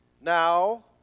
now